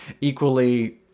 equally